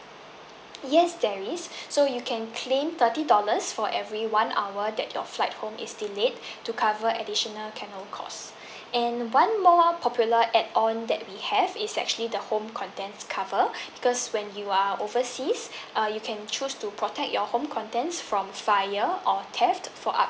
yes there is so you can claim thirty dollars for every one hour that your flight home is delayed to cover additional canal cost and one more popular add on that we have is actually the home contents cover because when you are overseas uh you can choose to protect your home contents from fire or theft for up